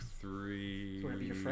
three